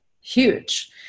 huge